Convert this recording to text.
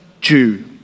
Jew